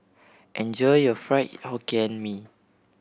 enjoy your Fried Hokkien Mee